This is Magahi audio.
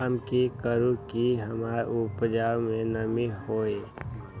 हम की करू की हमार उपज में नमी होए?